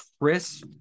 Chris